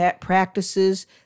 practices